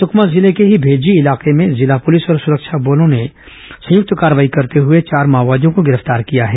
स्कमा जिले के ही भेज्जी इलाके में जिला पुलिस और सुरक्षा बलों की ने संयुक्त कार्रवाई करते हुए चार माओवादियों को गिरफ्तार किया है